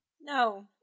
No